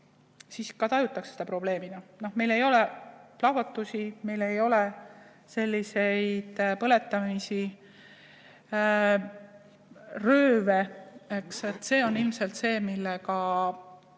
Ja seda tajutakse probleemina. Meil ei ole plahvatusi, meil ei ole selliseid põletamisi, rööve, eks ole. See on ilmselt see, millega